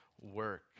work